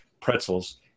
pretzels